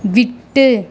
விட்டு